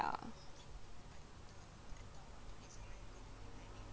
ya